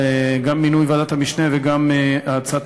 גם על מינוי ועדת המשנה וגם על האצת